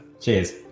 Cheers